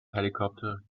helicopter